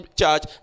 church